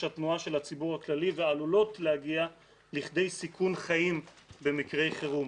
התנועה של הציבור הכללי ועלולות להגיע לכדי סיכון חיים במקרה חירום.